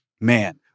man